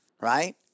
right